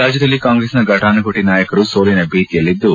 ರಾಜ್ಯದಲ್ಲಿ ಕಾಂಗ್ರೆಸ್ನ ಫಟಾನುಫಟ ನಾಯಕರು ಸೋಲಿನ ಭೀತಿಯಲ್ಲಿದ್ದು